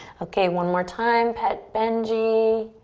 okay, one more time pet benji.